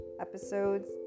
Episodes